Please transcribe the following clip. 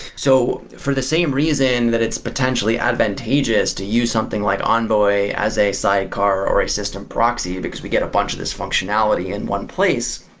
so, for the same reason that it's potentially advantageous to use something like envoy as a sidecar or a system proxy, because we get a bunch of these functionality in one place.